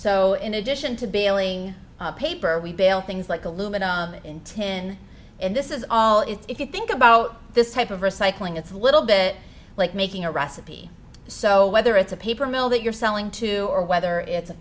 in addition to bailing paper we bail things like aluminum in tin and this is all it's if you think about this type of recycling it's a little bit like making a recipe so whether it's a paper mill that you're selling to or whether it's